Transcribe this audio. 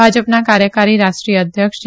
ભાજપના કાર્યકારી રાષ્ટ્રીય અધ્યક્ષ જે